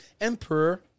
Emperor